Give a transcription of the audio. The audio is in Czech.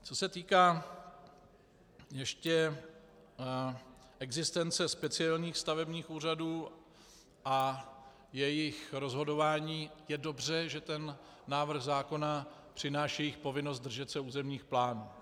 Co se týká ještě existence speciálních stavebních úřadů a jejich rozhodování, je dobře, že návrh zákona přináší jejich povinnost držet se územních plánů.